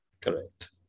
Correct